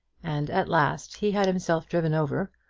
and at last he had himself driven over,